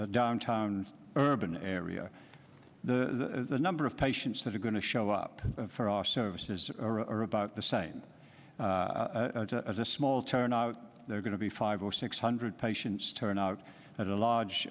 in downtown urban area the number of patients that are going to show up for our services are about the same as a small turn out they're going to be five or six hundred patients turn out at a large